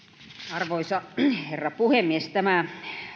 arvoisa herra puhemies tämä